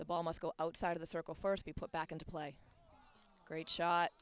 the ball must go outside of the circle first be put back into play great shot